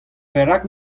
perak